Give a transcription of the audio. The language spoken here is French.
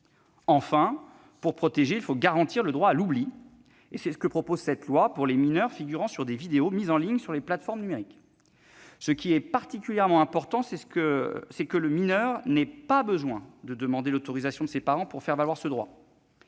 Enfin, pour protéger, il faut garantir le droit à l'oubli. C'est ce que proposent les auteurs de cette proposition de loi pour les mineurs figurant sur des vidéos mises en ligne sur les plateformes numériques. Il importe tout particulièrement que le mineur n'ait pas besoin de demander l'autorisation de ses parents pour faire valoir ce droit.